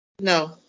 No